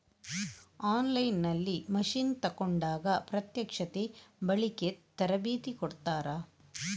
On line ನಲ್ಲಿ machine ತೆಕೋಂಡಾಗ ಪ್ರತ್ಯಕ್ಷತೆ, ಬಳಿಕೆ, ತರಬೇತಿ ಕೊಡ್ತಾರ?